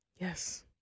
Yes